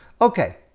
okay